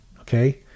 okay